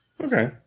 okay